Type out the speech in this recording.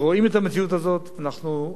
אנחנו עוקבים אחרי זה מקרוב.